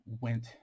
went